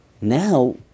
now